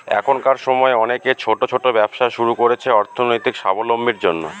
এখনকার সময় অনেকে ছোট ছোট ব্যবসা শুরু করছে অর্থনৈতিক সাবলম্বীর জন্য